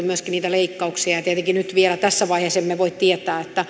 myöskin suunniteltu leikkauksia ja tietenkään nyt vielä tässä vaiheessa emme voi tietää